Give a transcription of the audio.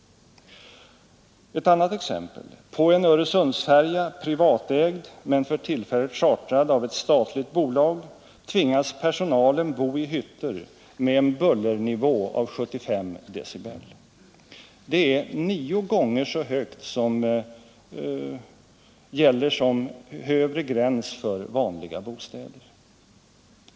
Ett annat exempel: på en Öresundsfärja, privatägd men för tillfället chartrad av ett statligt bolag, tvingas personalen bo i hytter med en bullernivå av 75 decibel. Det är nio gånger så högt som den övre gränsen för vanliga bostäder.